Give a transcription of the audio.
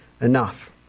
enough